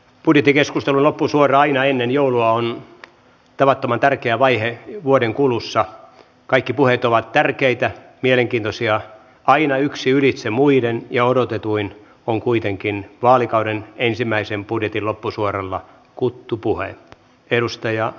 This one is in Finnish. budjettikeskustelu loppusuora aina ennen joulua on tavattoman tärkeä vaihe vuoden kulussa kaikki puheet ovat tärkeitä mielenkiintoisia aina yksi ylitse muiden ja odotetuin on kuitenkin vaalikauden ensimmäisen budjetin loppusuoralla kuttupuhe edustaja